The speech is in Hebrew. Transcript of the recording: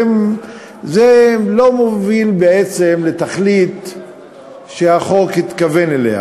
זה לא מוביל בעצם לתכלית שהחוק התכוון אליה,